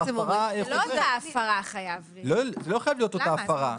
לא חייבת להיות אותה הפרה.